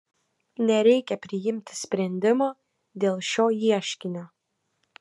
nereikia priimti sprendimo dėl šio ieškinio